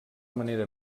manera